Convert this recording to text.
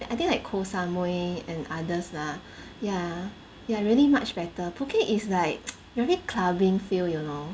I think like koh samui and others lah ya ya really much better Phuket is like very clubbing feel you know